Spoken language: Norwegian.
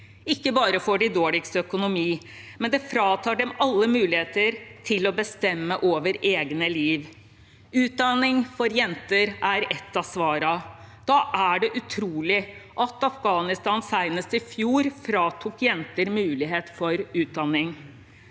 Ikke bare får de dårligst økonomi, men det fratar dem alle muligheter til å bestemme over eget liv. Utdanning for jenter er et av svarene. Da er det utrolig at Afghanistan senest i fjor fratok jenter mulighet for utdanning.